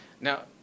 Now